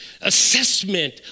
assessment